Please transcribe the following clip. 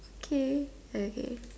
okay okay